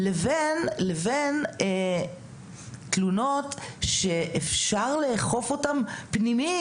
לבין תלונות שאפשר לאכוף אותן פנימית.